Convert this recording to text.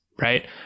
right